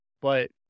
but-